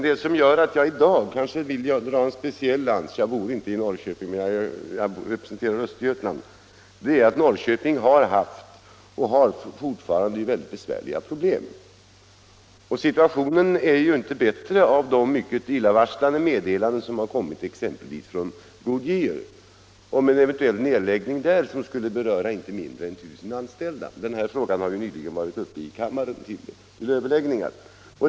Det som gör att jag i dag vill dra en speciell lans för Norrköping — jag bor inte i Norrköping men jag representerar Östergötland — är att Norrköping har haft och fortfarande har mycket besvärliga problem. Situationen blir inte bättre av de illavarslande meddelanden som kommit från exempelvis Goodyear om en eventuell nedläggning som skulle beröra inte mindre än 1000 anställda. Den frågan har nyligen varit uppe till överläggning i riksdagen.